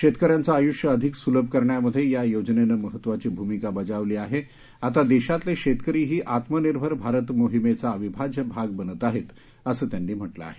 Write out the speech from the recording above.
शेतकऱ्यांचं आयुष्य अधिक सुलभ करण्यामधे या योजनेनं महत्त्वाची भूमिका बजावली आहे आता देशातले शेतकरीही आत्मनिर्भर भारत मोहिमेचा अविभाज्य भाग बनत आहेत असं त्यांनी म्हटलं आहे